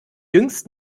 jüngst